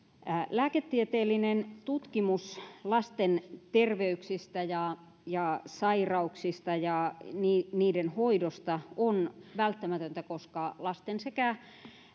lääketieteellinen tutkimus lasten terveyksistä ja ja sairauksista ja niiden hoidosta on välttämätöntä koska lasten sekä